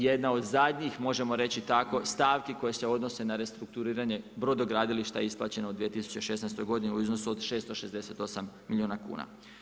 Jedna od zadnjih možemo reći tako stavki koje se odnose na restrukturiranje brodogradilišta isplaćeno u 2016. godini u iznosu od 668 milijuna kuna.